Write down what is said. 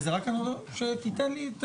רק אני אומר שתיתן לי.